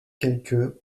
quelques